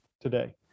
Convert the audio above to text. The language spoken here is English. today